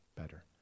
better